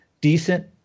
decent